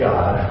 God